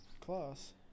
class